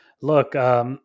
look